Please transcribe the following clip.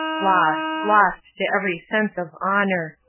lost, lost to every sense of honor!